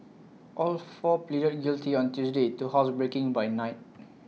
all four pleaded guilty on Tuesday to housebreaking by night